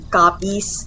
copies